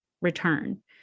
return